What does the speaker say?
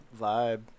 vibe